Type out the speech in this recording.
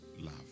love